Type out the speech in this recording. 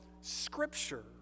scripture